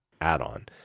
add-on